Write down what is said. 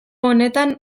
honetan